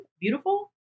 beautiful